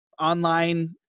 online